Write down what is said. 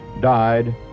died